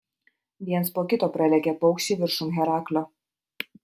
viens po kito pralėkė paukščiai viršum heraklio